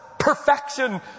Perfection